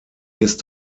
ist